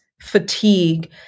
fatigue